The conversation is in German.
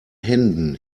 händen